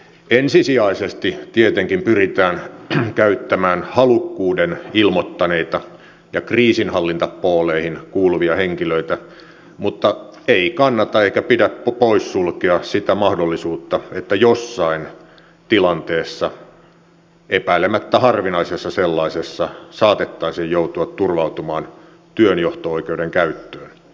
ensisijaisesti tietenkin pyritään käyttämään halukkuuden ilmoittaneita ja kriisinhallintapooleihin kuuluvia henkilöitä mutta ei kannata eikä pidä poissulkea sitä mahdollisuutta että jossain tilanteessa epäilemättä harvinaisessa sellaisessa saatettaisiin joutua turvautumaan työnjohto oikeuden käyttöön